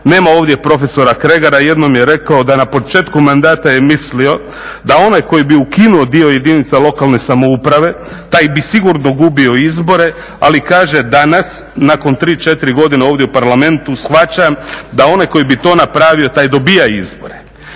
Nema ovdje profesora Kregara, jednom je rekao da na početku mandata je mislio da onaj koji bi ukinuo dio jedinica lokalne samouprave taj bi sigurno gubio izbore, ali kaže danas nakon 3, 4 godine ovdje u Parlamentu shvaćam da onaj koji bi to napravio taj dobiva izbore.